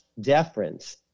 deference